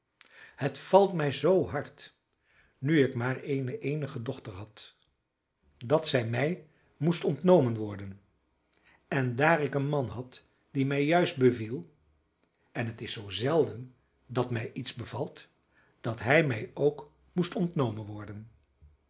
het valt mij zoo hard nu ik maar eene eenige dochter had dat zij mij moest ontnomen worden en daar ik een man had die mij juist beviel en het is zoo zelden dat mij iets bevalt dat hij mij ook moest ontnomen worden